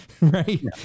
right